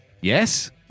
Yes